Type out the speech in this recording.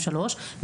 1,